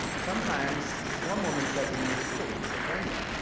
sometimes, this one woman said to me it's really poignant.